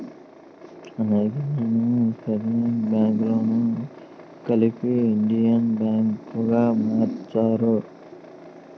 అనేకమైన ప్రైవేట్ బ్యాంకులను కలిపి ఇండియన్ బ్యాంక్ గా పేరు మార్చారు